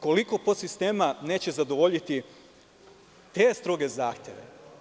Koliko podsistema neće zadovoljiti te stroge zahteve?